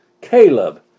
Caleb